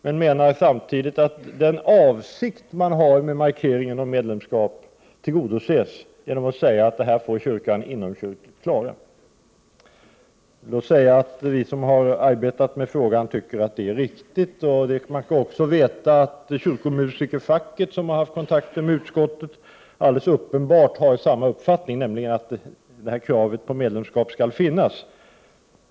Men jag menar samtidigt att den avsikt man har med markeringen med medlemskap tillgodoses genom att man säger att detta får klaras inomkyrkligt. Låt mig säga att vi som har arbetat med frågan tycker att detta är riktigt. Man skall också veta att kyrkomusikerfacket, som har haft kontakter med kulturutskottet, alldeles uppenbart har samma uppfattning, nämligen att ett krav på medlemskap skall finnas.